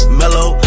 mellow